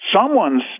Someone's